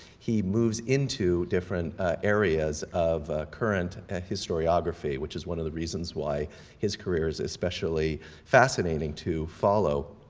he moves into different areas of current historiography, which is one of the reasons why his career is especially fascinating to follow.